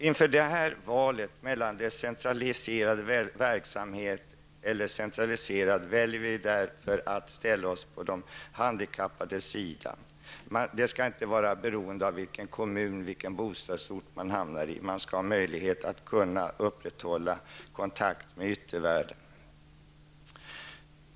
Inför valet mellan decentraliserad verksamhet och centraliserad verksamhet väljer vi därför att ställa oss på de handikappades sida. Det skall inte vara beroende av vilken bostadsort eller vilken kommun man hamnar i, man skall ha möjlighet att upprätthålla kontakt med yttervärlden.